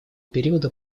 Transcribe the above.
периода